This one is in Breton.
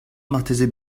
marteze